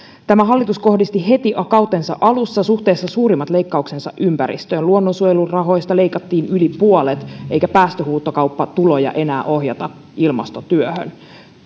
tämä hallitus kohdisti heti kautensa alussa suhteessa suurimmat leikkauksensa ympäristöön luonnonsuojelurahoista leikattiin yli puolet eikä päästöhuutokauppatuloja enää ohjata ilmastotyöhön